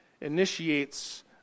initiates